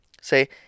Say